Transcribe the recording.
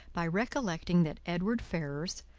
by recollecting that edward ferrars,